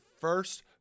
first